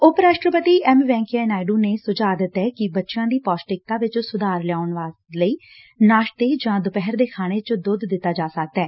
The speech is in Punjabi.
ਉਪ ਰਾਸ਼ਟਰਪਤੀ ਐਮ ਵੈਂਕਈਆ ਨਾਇਡੁ ਨੇ ਸੁਝਾਅ ਦਿੱਤੈ ਕਿ ਬੱਚਿਆਂ ਦੀ ਪੌਸ਼ਟਿਕਤਾ ਵਿਚ ਸੁਧਾਰ ਲਿਆਉਣ ਲਈ ਨਾਸ਼ਤੇ ਜਾਂ ਦੂਪਹਿਰ ਦੇ ਖਾਣੇ ਚ ਦੂੱਧ ਦਿੱਤਾ ਜਾ ਸਕਦੈ